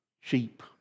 sheep